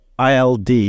ILD